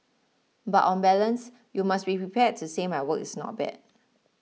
but on balance you must be prepared to say my work is not bad